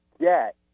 get